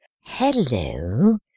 Hello